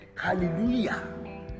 Hallelujah